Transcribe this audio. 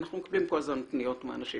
אנחנו מקבלים כל הזמן פניות מאנשים